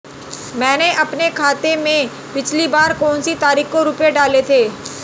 मैंने अपने खाते में पिछली बार कौनसी तारीख को रुपये डाले थे?